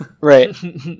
right